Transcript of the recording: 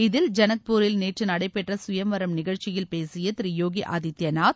இதில் ஜனக்பூரில் நேற்று நடைபெற்ற கயம்வரம் நிகழ்ச்சியில் பேசிய திரு யோகி ஆதித்பநாத்